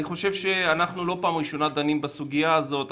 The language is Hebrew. אני חושב שאנחנו לא פעם ראשונה דנים בסוגיה הזאת.